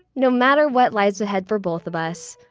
no matter what lies ahead for both of us,